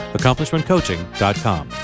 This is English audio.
accomplishmentcoaching.com